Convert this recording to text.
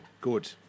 Good